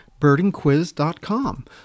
birdingquiz.com